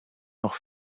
noch